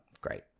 great